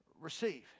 receive